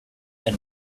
and